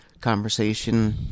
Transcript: conversation